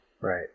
Right